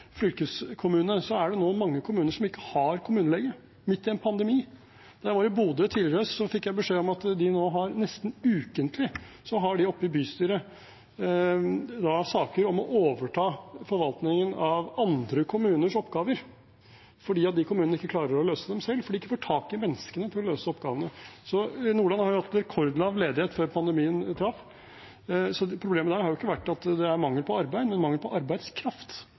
er det nå mange kommuner som ikke har kommunelege – midt i en pandemi. Da jeg var i Bodø tidligere i høst, fikk jeg beskjed om at nesten ukentlig har de oppe i bystyret saker om å overta forvaltningen av andre kommuners oppgaver fordi de kommunene ikke klarer å løse dem selv, fordi de ikke får tak i menneskene til å løse oppgavene. Nordland har hatt rekordlav ledighet før pandemien traff, så problemet der har ikke vært at det er mangel på arbeid, men mangel på arbeidskraft.